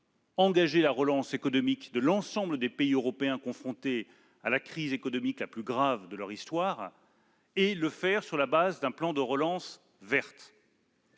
engager la relance économique de l'ensemble des pays européens, confrontés à la crise économique la plus grave de leur histoire, et ce sur la base d'un plan de relance verte.